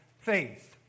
faith